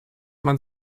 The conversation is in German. man